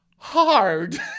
Hard